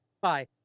Bye